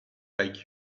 like